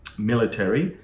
military.